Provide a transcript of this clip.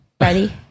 ready